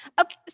Okay